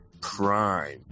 prime